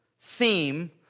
theme